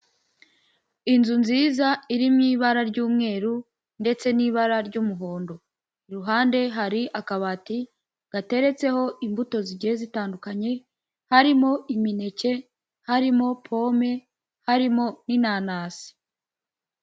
Inzu nziza iri mu ibara ry'umweru ndetse n'ibara ry'umuhondo, iruhande hari akabati gateretseho imbuto zigiye zitandukanye, harimo imineke harimo pome, harimo n'inanasi.